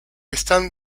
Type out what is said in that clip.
están